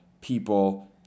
people